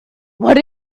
what